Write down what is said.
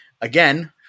Again